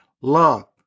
Love